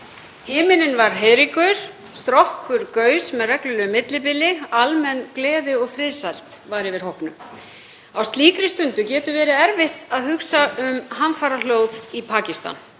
Himinninn var heiðríkur, Strokkur gaus með reglulegu millibili og almenn gleði og friðsæld var yfir hópnum. Á slíkri stundu getur verið erfitt að hugsa um hamfaraflóð í Pakistan,